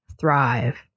Thrive